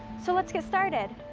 so, let's get started!